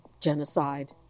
genocide